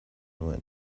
nuen